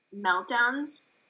meltdowns